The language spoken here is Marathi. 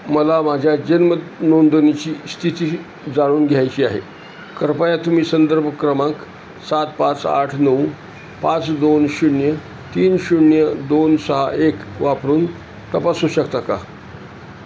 मला माझ्या जन्म नोंदणीची स्थिती जाणून घ्यायची आहे कृपया तुम्ही संदर्भ क्रमांक सात पाच आठ नऊ पाच दोन शून्य तीन शून्य दोन सहा एक वापरून तपासू शकता का